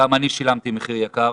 גם אני שילמתי מחיר יקר